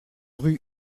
rue